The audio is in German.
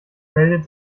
meldet